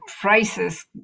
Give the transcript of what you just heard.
prices